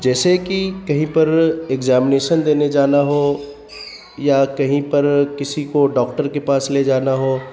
جیسے کہ کہیں پر ایگزامینیشن دینے جانا ہو یا کہیں پر کسی کو ڈاکٹر کے پاس لے جانا ہو